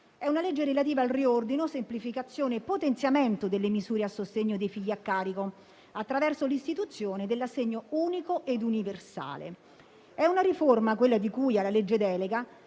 È una legge relativa al riordino, semplificazione e potenziamento delle misure a sostegno dei figli a carico attraverso l'istituzione dell'assegno unico e universale. È una riforma, quella di cui alla legge delega,